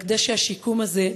אבל כדי שהשיקום הזה,